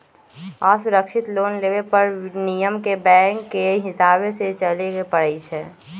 असुरक्षित लोन लेबे पर नियम के बैंकके हिसाबे से चलेए के परइ छै